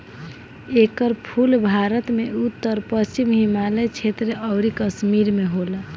एकर फूल भारत में उत्तर पश्चिम हिमालय क्षेत्र अउरी कश्मीर में होला